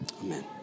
Amen